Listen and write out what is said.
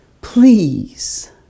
please